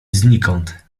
znikąd